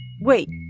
wait